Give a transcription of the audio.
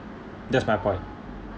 that's my point